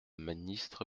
ministre